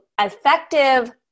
effective